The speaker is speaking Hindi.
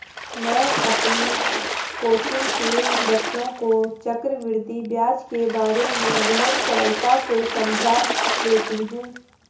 मैं अपनी कोचिंग के बच्चों को चक्रवृद्धि ब्याज के बारे में बहुत सरलता से समझा लेती हूं